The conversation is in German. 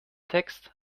text